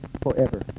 forever